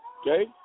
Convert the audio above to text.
Okay